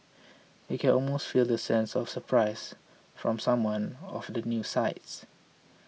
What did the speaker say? you can almost feel the sense of surprise from someone of the news sites